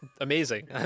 amazing